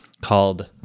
called